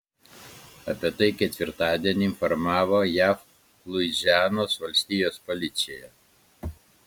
apie tai ketvirtadienį informavo jav luizianos valstijos policija